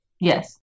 Yes